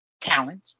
talent